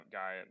guy